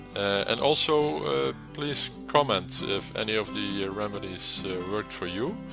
and also please comment if any of the ah remedies worked for you,